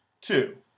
two